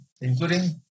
including